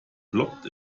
ploppt